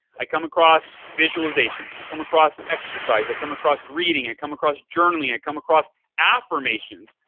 i come across visualization. i come across exercise. i come across reading, i come across journaling. i come across affirmations.